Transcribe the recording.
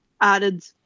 added